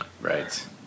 Right